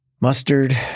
Mustard